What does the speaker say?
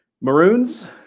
Maroons